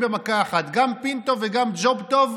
אני רוצה קודם כול לאחל מזל טוב לשירלי פינטו על הולדת הבת,